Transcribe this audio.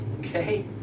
Okay